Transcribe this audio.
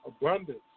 abundance